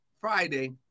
Friday